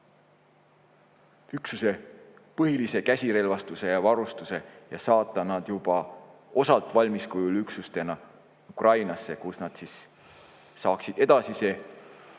üksuse põhilise käsirelvastuse ja varustuse ning saata nad juba osalt valmis kujul üksustena Ukrainasse, kus nad saaksid edasise